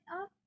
up